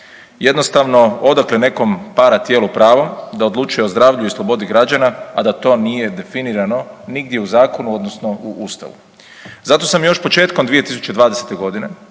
Jednostavno odakle nekom paratijelu pravo da odlučuje o zdravlju i slobodi građana, a da to nije definirano nigdje u zakonu odnosno u ustavu? Zato sam još početkom 2020.g.